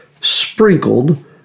sprinkled